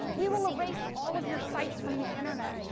we will erase all of your sites from the internet.